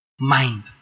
mind